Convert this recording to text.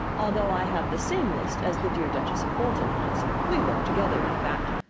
although i have the same list as the dear duchess of bolton has. we work together, in fact.